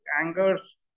angers